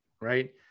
right